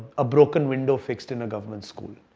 a broken window fixed in a government school.